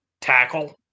tackle